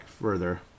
further